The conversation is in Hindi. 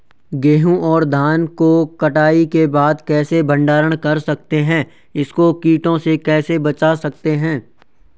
गेहूँ और धान को कटाई के बाद कैसे भंडारण कर सकते हैं इसको कीटों से कैसे बचा सकते हैं?